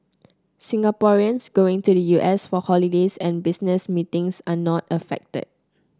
Singaporeans going to the U S for holidays and business meetings are not affected